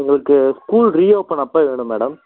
எங்களுக்கு school reopen அப்போ வேணும் மேடம்